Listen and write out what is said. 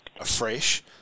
afresh